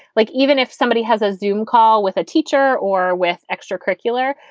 like even if somebody has a zoom call with a teacher or with extra-curricular,